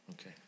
okay